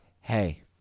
hey